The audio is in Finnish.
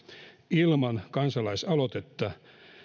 ilman kansalaisaloitetta